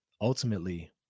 ultimately